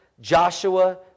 Joshua